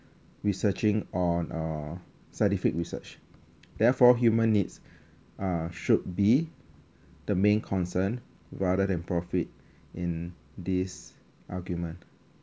researching on uh scientific research therefore human needs uh should be the main concern rather than profit in this argument